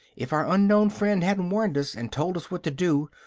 if our unknown friend hadn't warned us, and told us what to do,